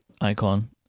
icon